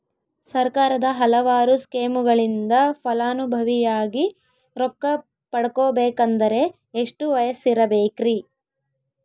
ಸರ್ಕಾರದ ಹಲವಾರು ಸ್ಕೇಮುಗಳಿಂದ ಫಲಾನುಭವಿಯಾಗಿ ರೊಕ್ಕ ಪಡಕೊಬೇಕಂದರೆ ಎಷ್ಟು ವಯಸ್ಸಿರಬೇಕ್ರಿ?